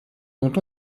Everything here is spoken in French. dont